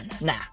nah